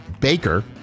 Baker